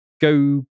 Go